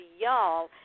y'all